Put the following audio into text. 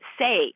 say